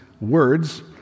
words